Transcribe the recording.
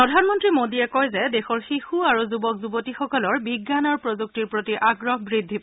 প্ৰধানমন্তী মোদীয়ে কয় যে দেশৰ শিশু আৰু যুৱক যুৱতীসকলৰ বিজ্ঞান আৰু প্ৰযুক্তিৰ প্ৰতি আগ্ৰহ বদ্ধি পাইছে